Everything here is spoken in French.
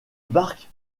barque